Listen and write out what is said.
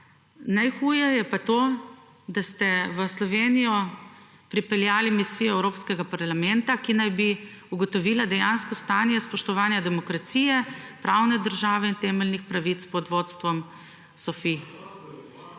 najhuje, je pa to, da ste v Slovenijo pripeljali misijo(?) Evropskega parlamenta, ki naj bi ugotovila dejansko stanje spoštovanja demokracije, pravne države in temeljnih pravic, pod vodstvom /